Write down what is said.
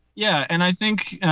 yeah. and i think